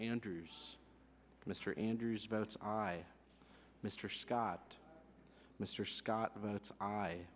anders mr andrews votes i mr scott mr scott of its i